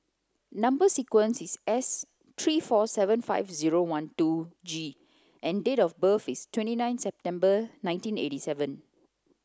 number sequence is S three four seven five zero one two G and date of birth is twenty nine September nineteen eight seven